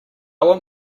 want